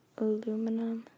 aluminum